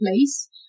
place